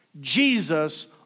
Jesus